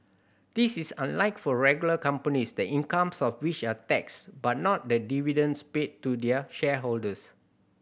this is unlike for regular companies the incomes of which are taxed but not the dividends paid to their shareholders